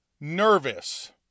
nervous